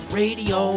radio